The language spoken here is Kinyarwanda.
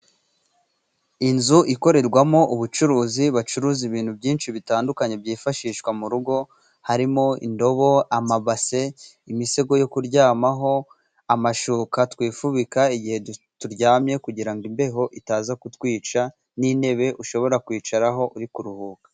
Inzu ikorerwamo ubucuruzi, bacuruza ibintu byinshi bitandukanye byifashishwa mu rugo harimo: indobo, amabase, imisego yo kuryamaho, amashuka twifubika igihe turyamye kugira ngo imbeho itaza kutwica, n'intebe ushobora kwicaraho uri kuruhuka.